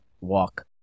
walk